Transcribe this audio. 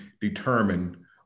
determine